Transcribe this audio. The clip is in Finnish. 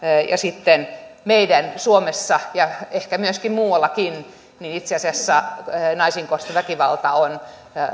sitten meillä suomessa ja ehkä myös muuallakin itse asiassa naisiin kohdistuva väkivalta on